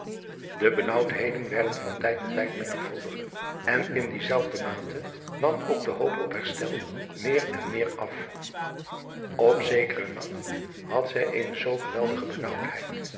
de benaauwdheden werden van tijd tot tijd menigvuldiger en in die zelfde mate nam ook de hoop op herstel meer en meer af op zekeren nacht had zij eene zoo geweldige